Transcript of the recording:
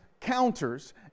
counters